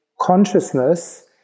consciousness